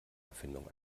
erfindung